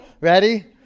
Ready